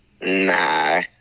Nah